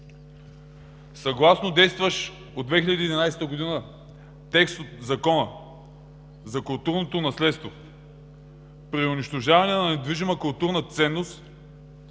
Съгласно действащ от 2011 г. текст на Закона за културното наследство при унищожаване на недвижима културна ценност